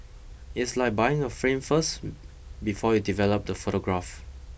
it's like buying a frame first before you develop the photograph